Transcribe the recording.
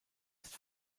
ist